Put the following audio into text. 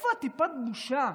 איפה טיפת בושה?